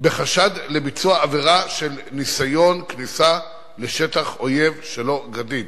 בחשד לביצוע עבירה של ניסיון כניסה לשטח אויב שלא כדין,